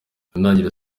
ntangiriro